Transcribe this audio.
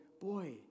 boy